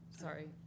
Sorry